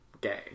gay